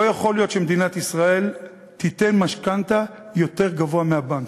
לא יכול להיות שמדינת ישראל תיתן משכנתה יותר גבוהה מהבנק,